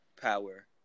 Power